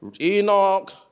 Enoch